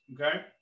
okay